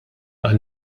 għan